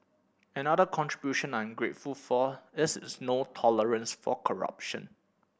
another contribution I'm grateful for is his no tolerance for corruption